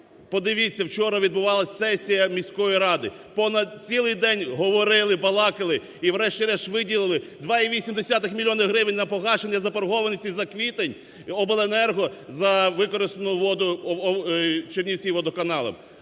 Подивіться, вчора відбувалась сесія міської ради. Понад цілий день говорили, балакали і в решті-решт виділили 2,8 мільйона гривень на погашення заборгованості за квітень обленерго за використану воду "Чернівціводоканалом".